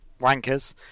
wankers